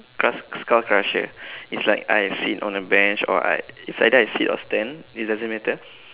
cause skull crusher is like I sit on a bench or I it's either I sit or stand it doesn't matter